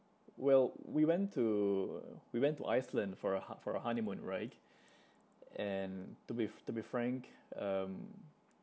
well we went to we went to Iceland for a ho~ for a honeymoon right and to be to be frank um